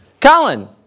Colin